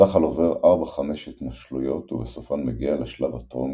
הזחל עובר 4–5 התנשלויות ובסופן מגיע לשלב הטרום-גולם.